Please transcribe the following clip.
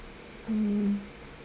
um